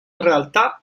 realtà